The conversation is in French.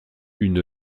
une